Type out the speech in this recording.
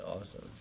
awesome